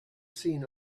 seen